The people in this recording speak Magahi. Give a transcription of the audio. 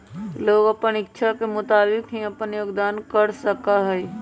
लोग अपन इच्छा के मुताबिक ही अपन योगदान कर सका हई